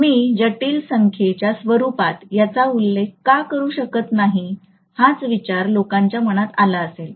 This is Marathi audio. मी जटिल संख्येच्या स्वरूपात याचा उल्लेख का करू शकत नाही हाच विचार लोकांच्या मनात आला असेल